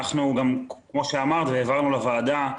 כמו שאמרת והעברנו לוועדה,